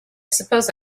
suppose